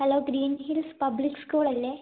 hello green hills public school അല്ലെ